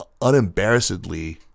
unembarrassedly